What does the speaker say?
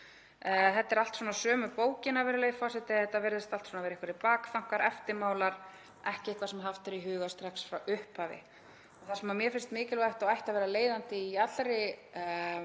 Þetta er allt á sömu bókina, virðulegi forseti. Þetta virðast allt saman vera einhverjir bakþankar, eftirmálar, ekki eitthvað sem haft er í huga strax frá upphafi. Það sem mér finnst mikilvægt og ætti að vera leiðandi í allri